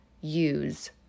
use